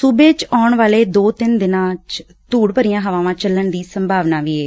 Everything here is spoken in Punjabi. ਸੂਬੇ ਚ ਆੳਣ ਵਾਲੇ ਦੋ ਤਿੰਨ ਦਿਨ ਧੜ ਭਰੀਆਂ ਹਵਾਵਾਂ ਚੱਲਣ ਦੀ ਵੀ ਸੰਭਾਵਨਾ ਏ